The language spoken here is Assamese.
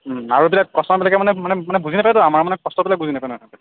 ওম আৰু এইবিলাক কাষ্টমাৰবিলাকে মানে মানে মানে বুজি নাপায়তো আমাৰ মানে কষ্টবিলাক বুজি নাপায়